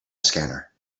scanner